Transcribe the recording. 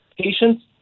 patients